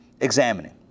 examining